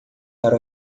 para